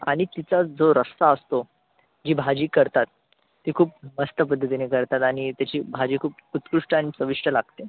आणि तिचा जो रस्सा असतो जी भाजी करतात ती खूप मस्त पद्धतीने करतात आणि त्याची भाजी खूप उत्कृष्ट आणि चविष्ट लागते